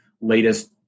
latest